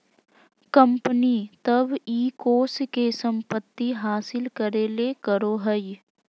company तब इ कोष के संपत्ति हासिल करे ले करो हइ